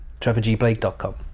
trevorgblake.com